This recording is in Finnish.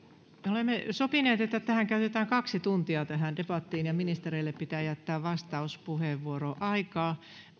olemme sopineet että tähän debattiin käytetään kaksi tuntia ja ministereille pitää jättää vastauspuheenvuoroon aikaa